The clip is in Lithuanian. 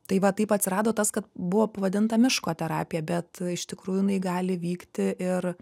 tai va taip atsirado tas kad buvo pavadinta miško terapija bet iš tikrųjų jinai gali vykti ir